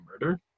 murder